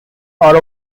are